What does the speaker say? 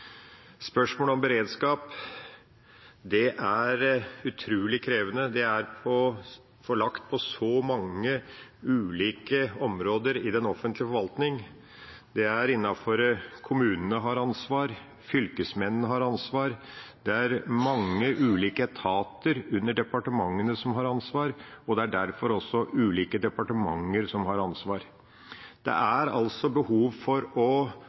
Spørsmålet om beredskap er utrolig krevende. Det er forlagt på mange ulike områder i den offentlige forvaltningen. Kommunene har ansvar. Fylkesmennene har ansvar. Det er mange ulike etater under departementene som har ansvar, og det er derfor også ulike departementer som har ansvar. Det er behov for å